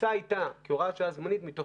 התפיסה היתה כהוראת שעה זמנית מתוך